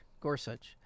Gorsuch